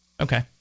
Okay